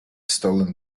stolen